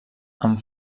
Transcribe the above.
amb